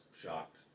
shocked